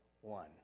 One